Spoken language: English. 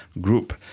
Group